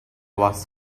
was